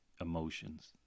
emotions